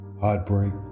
Heartbreak